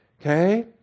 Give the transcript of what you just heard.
okay